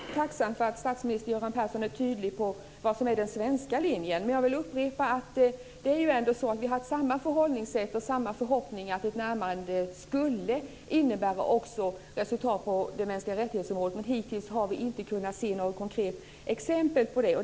Fru talman! Jag är tacksam för att statsminister Göran Persson är tydlig när det gäller vad som är den svenska linjen. Men jag vill upprepa att det ändå är så att vi har haft samma förhållningssätt och samma förhoppningar om att ett närmande skulle innebära också resultat i fråga om mänskliga rättigheter. Men hittills har vi inte kunnat se något konkret exempel på det.